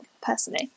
personally